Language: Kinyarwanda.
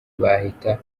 bahita